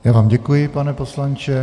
Já vám děkuji, pane poslanče.